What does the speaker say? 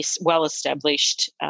well-established